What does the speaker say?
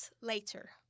later